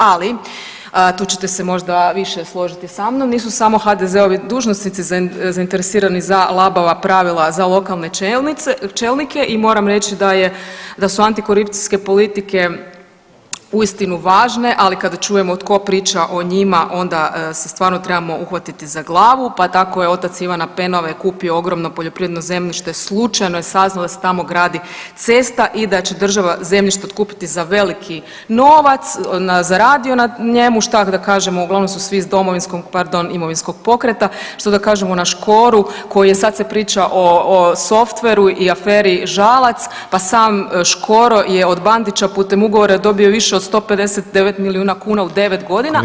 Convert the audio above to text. Ali tu ćete se možda više složiti sa mnom, nisu samo HDZ-ovi dužnosnici zainteresirani za labava pravila za lokalne čelnike i moram reći da u antikorupcijske politike uistinu važne ali kada čujemo tko priča o njima onda se stvarno trebamo uhvatiti za glavu pa tako je otac Ivan Penave kupio ogromno poljoprivredne zemljište, slučajno je saznao da se tamo gradi cesta i da će država zemljište otkupiti za veliki novac, zaradio na njemu, šta da kažem uglavnom su svi iz Domovinskog pardon imovinskog pokreta što da kažemo na Škoru, koji je sad se priča o softveru i aferi Žalac, pa sam Škoro je od Bandića putem ugovora je dobio više od 159 milijuna kuna u 9.g., ali isto tako vas upozoravam